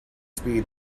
speed